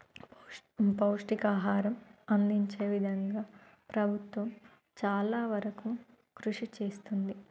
పౌష్టికాహారం అందించే విధంగా ప్రభుత్వం చాలావరకు కృషి చేస్తుంది